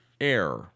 air